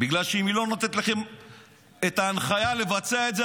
אם היא לא נותנת לכם את ההנחיה לבצע את זה,